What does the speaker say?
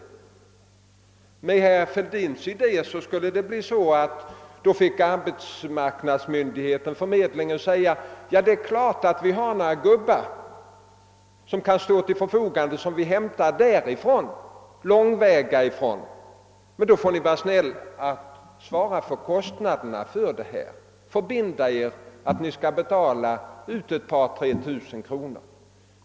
Enligt herr Fälldins idé skulle arbetsmarknadsmyndigheten, arbetsförmedlingen, å ena sidan kunna anvisa några personer som står till förfogande i en avlägset belägen ort, varvid företaget dock får svara för kostnaderna för detta, kanske med ett par tre tusen kronor.